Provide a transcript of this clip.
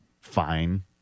Fine